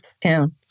town